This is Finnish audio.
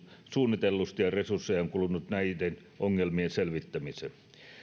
suunnitellusti ja resursseja on kulunut näiden ongelmien selvittämiseen